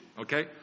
Okay